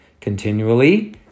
continually